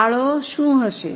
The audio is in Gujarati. ફાળો શું હશે